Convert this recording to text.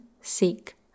seek